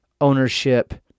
ownership